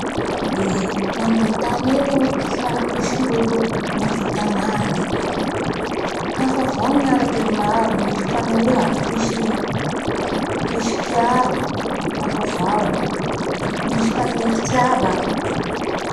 Eeee gnambony tany eto tsy raha misy ny olo, mahavita gnainy hafa avao ny miaraky amin'ny maro misy mpanoha, misy-misy mpiaro, hafa avao.